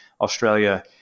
Australia